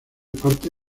parte